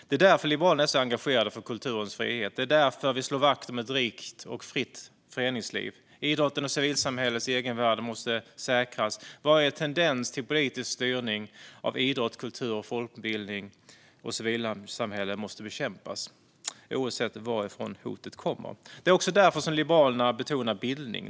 Det är därför Liberalerna är så engagerade för kulturens frihet, och det är därför vi slår vakt om ett rikt och fritt föreningsliv. Idrottens och civilsamhällets egenvärde måste säkras. Varje tendens till politisk styrning av idrott, kultur, folkbildning och civilsamhälle måste bekämpas, oavsett varifrån hotet kommer. Det är också därför Liberalerna betonar bildning.